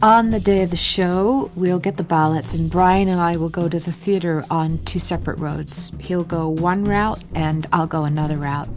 on the day of the show. we'll get the ballots and brian and i will go to the theater on two separate roads. he'll go one route and i'll go another route.